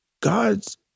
God's